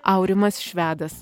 aurimas švedas